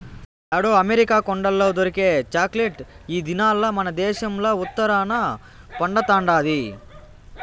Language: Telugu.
యాడో అమెరికా కొండల్ల దొరికే చాక్లెట్ ఈ దినాల్ల మనదేశంల ఉత్తరాన పండతండాది